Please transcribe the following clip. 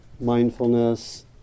mindfulness